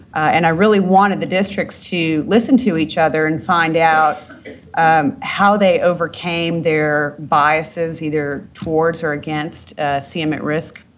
and i really wanted the districts to listen to each other and find out how they overcame their biases, either towards or against cm at risk,